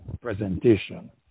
presentation